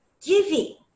giving